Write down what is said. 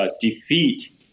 defeat